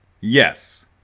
Yes